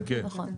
נכון.